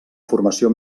formació